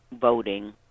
voting